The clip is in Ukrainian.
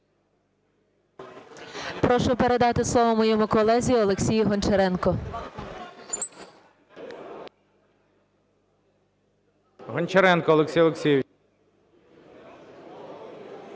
Прошу передати слово моєму колезі Олексію Гончаренку. ГОЛОВУЮЧИЙ. Гончаренко Олексій Олексійович.